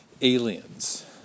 aliens